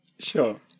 Sure